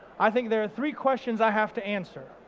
i think there are three questions i have to answer.